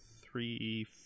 three